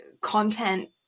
content